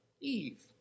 Eve